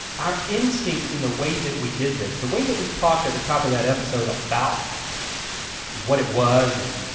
our instincts in the way that we did this the way that we talked at the top of that episode about what it was and